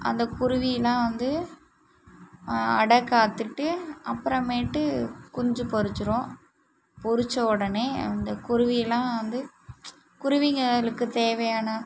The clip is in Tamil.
அந்த குருவிலாம் வந்து அடைக்காத்துட்டு அப்புறமேட்டு குஞ்சு பொரிச்சிடும் பொரித்த உடனே அந்த குருவியெல்லாம் வந்து குருவிங்களுக்கு தேவையான